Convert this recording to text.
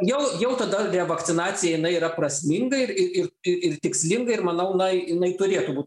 jau jau tada revakcinacija jinai yra prasminga ir ir ir tikslinga ir manau na jinai turėtų būt